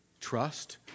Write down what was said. trust